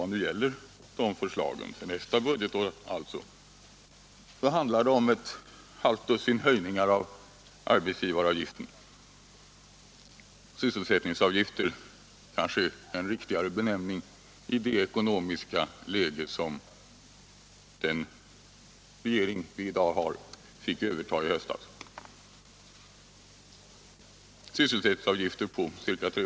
Det förslaget, för nästa budgetår alltså, handlar om ett halvdussin höjningar av arbetsgivaravgiften — sysselsättningsavgifter kanske är en riktigare benämning i det ekonomiska läge som den regering vi i dag har fick överta i höstas — på ca 3,5 miljarder.